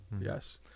Yes